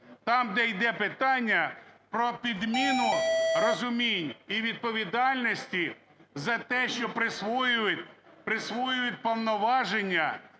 Там, де йде питання про підміну розумінь і відповідальності за те, що присвоюють повноваження